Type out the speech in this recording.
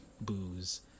booze